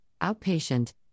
outpatient